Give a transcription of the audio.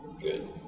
Good